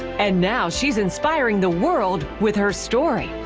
and now she is inspiring the world with her story.